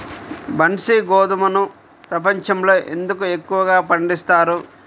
బన్సీ గోధుమను ప్రపంచంలో ఎందుకు ఎక్కువగా పండిస్తారు?